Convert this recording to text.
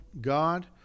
God